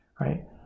right